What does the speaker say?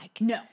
No